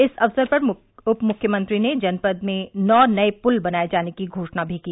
इस अवसर पर उप मुख्यमंत्री ने जनपद में नौ नये पुल बनाये जाने की घोषणा भी की